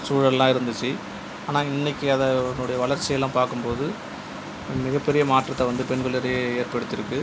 சூழலெலாம் இருந்துச்சு ஆனால் இன்னைக்கு அதனுடைய வளர்ச்சியெலாம் பார்க்கும்போது மிகப்பெரிய மாற்றத்தை வந்து பெண்களிடையே ஏற்படுத்தி இருக்குது